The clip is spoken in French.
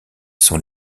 sont